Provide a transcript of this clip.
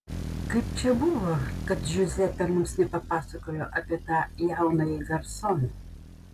kaip čia buvo kad džiuzepė mums nepapasakojo apie tą jaunąjį garsoną